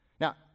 Now